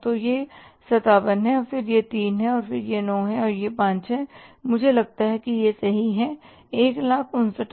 तो यह 57 है फिर यह 3 है फिर यह 9 है फिर यह 5 है मुझे लगता है कि यह सही है 159375